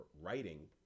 writing